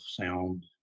sound